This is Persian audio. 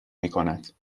میکند